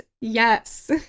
Yes